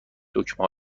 دکمه